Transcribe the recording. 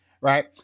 right